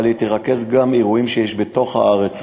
אבל היא תרכז גם אירועים שיש בתוך הארץ,